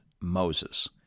Moses